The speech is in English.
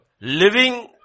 living